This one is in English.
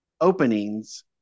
openings